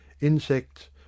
insects